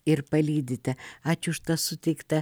ir palydite ačiū už tą suteiktą